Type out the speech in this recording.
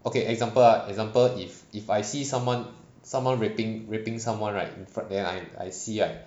okay example ah example if if I see someone someone raping raping someone right in fro~ and I I see right